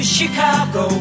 Chicago